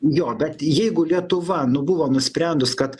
jo bet jeigu lietuva nu buvo nusprendus kad